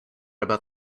about